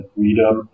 Freedom